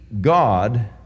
God